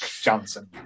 Johnson